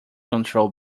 control